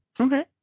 Okay